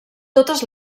totes